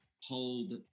hold